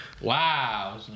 Wow